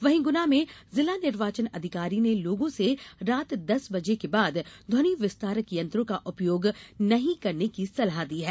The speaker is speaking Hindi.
वहीं गुना में जिला निर्वाचन अधिकारी ने लोगों से रात दस बजे के बाद ध्वनि विस्तारक यंत्रों का उपयोग नहीं करने की सलाह दी है